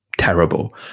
terrible